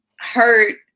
hurt